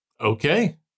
Okay